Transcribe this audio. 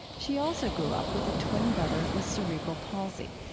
she also grew up with a twin brother with cerebral palsy,